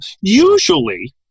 usually